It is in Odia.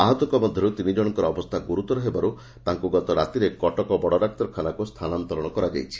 ଆହତଙ୍ଙ ମଧରୁ ତିନିଜଣଙ୍ଙର ଅବସ୍ଥା ଗୁରୁତର ହେବାରୁ ତାଙ୍କୁ ଗତ ରାତିରେ କଟକ ବଡଡ଼ାକ୍ତରଖାନାକୁ ସ୍ନାନାନ୍ତରଣ କରାଯାଇଛି